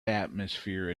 atmosphere